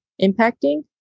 impacting